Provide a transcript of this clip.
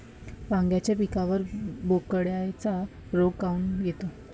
वांग्याच्या पिकावर बोकड्या रोग काऊन येतो?